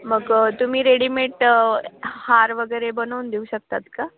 मग तुम्ही रेडीमेट हार वगैरे बनवून देऊ शकतात का